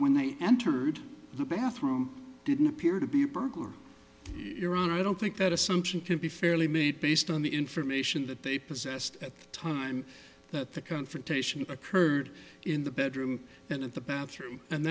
when they entered the bathroom didn't appear to be burglar iran i don't think that assumption can be fairly made based on the information that they possessed at the time that the confrontation occurred in the bedroom and in the bathroom and